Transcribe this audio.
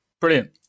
Brilliant